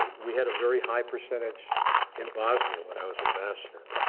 ah we had a very high percentage in bosnia when i was ambassador.